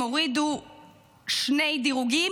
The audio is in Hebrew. הם הורידו שני דירוגים,